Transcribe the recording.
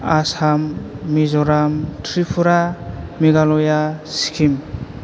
Assam Mizoram Tripura Meghalaya Sikkim